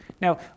Now